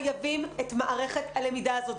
חייבים את מערכת הלמידה הזאת,